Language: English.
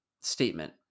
statement